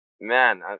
Man